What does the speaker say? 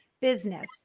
business